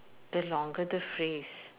the longer the phrase